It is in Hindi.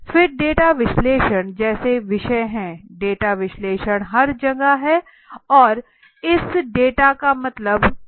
फिर डेटा विश्लेषण जैसे विषय हैं डेटा विश्लेषण हर जगह हैं और इस डेटा का मतलब क्या है